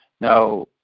Now